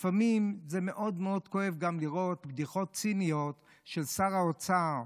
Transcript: לפעמים זה מאוד מאוד כואב גם לראות בדיחות ציניות של שר האוצר.